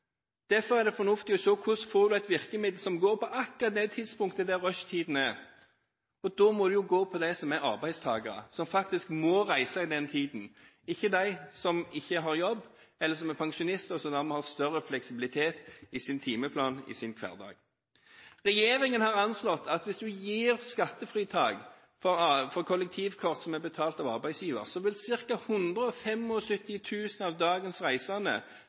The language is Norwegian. Derfor er det fornuftig å se på virkemidler som går på akkurat de tidspunktene når det er rushtid, og da må det jo gå på dem som er arbeidstakere, som faktisk må reise på den tiden, ikke dem som ikke har jobb, eller som er pensjonister, som dermed har større fleksibilitet i timeplanen i sin hverdag. Regjeringen har anslått at hvis man gir skattefritak for kollektivkort som er betalt av arbeidsgiver, vil ca. 175 000 av dagens reisende